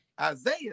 Isaiah